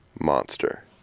Monster